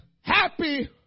happy